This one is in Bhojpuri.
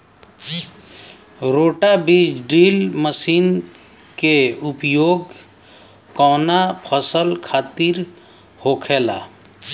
रोटा बिज ड्रिल मशीन के उपयोग कऊना फसल खातिर होखेला?